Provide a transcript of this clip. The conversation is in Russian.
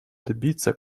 добиться